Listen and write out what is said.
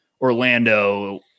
Orlando